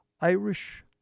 Irish